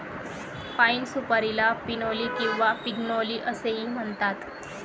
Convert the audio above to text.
पाइन सुपारीला पिनोली किंवा पिग्नोली असेही म्हणतात